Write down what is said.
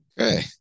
Okay